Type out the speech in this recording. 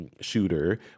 shooter